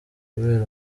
kubera